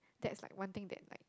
that's like one thing that like